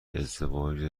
ازدواج